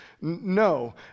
No